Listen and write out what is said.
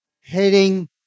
heading